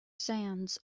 sands